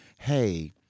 hey